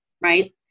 right